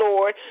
Lord